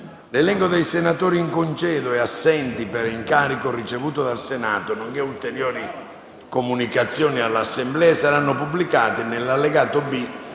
L'elenco dei senatori in congedo e assenti per incarico ricevuto dal Senato, nonché ulteriori comunicazioni all'Assemblea saranno pubblicati nell'allegato B